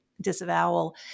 Disavowal